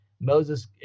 Moses